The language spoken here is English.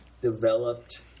developed